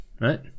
right